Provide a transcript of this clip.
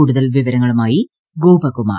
കൂടുതൽ വിവരങ്ങളുമായി ഗോപകുമാർ